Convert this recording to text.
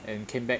and came back